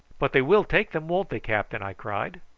but they will take them, won't they, captain? i cried.